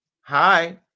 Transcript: Hi